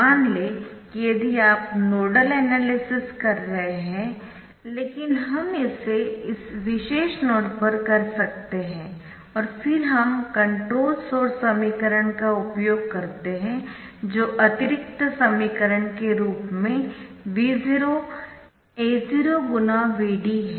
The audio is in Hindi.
मान लें कि यदि आप नोडल एनालिसिस कर रहे है लेकिन हम इसे इस विशेष नोड पर कर सकते है और फिर हम कंट्रोल सोर्स समीकरण का उपयोग करते है जो अतिरिक्त समीकरण के रूप में V0 A0×Vd है